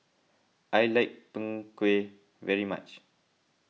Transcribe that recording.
I like Png Kueh very much